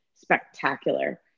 spectacular